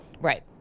right